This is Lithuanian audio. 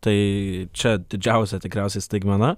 tai čia didžiausia tikriausiai staigmena